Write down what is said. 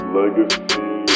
Legacy